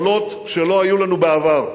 יכולות שלא היו לנו בעבר.